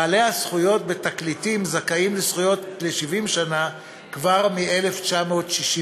בעלי הזכויות בתקליטים זכאים לזכויות ל-70 שנה כבר מ-1967,